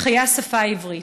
מחיה השפה העברית,